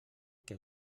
que